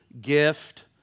gift